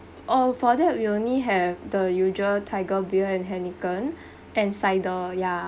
oh for that we only have the usual Tiger beer and Heineken and cider ya